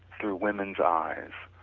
through women's eyes.